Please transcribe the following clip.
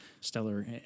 stellar